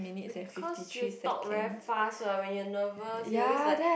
because you talk very fast what when you nervous you always like